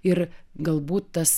ir galbūt tas